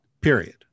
period